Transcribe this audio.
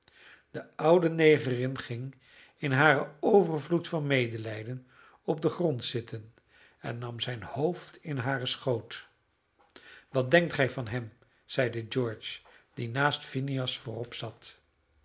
de oude negerin ging in haren overvloed van medelijden op den grond zitten en nam zijn hoofd in haren schoot wat denkt gij van hem zeide george die naast phineas voorop zat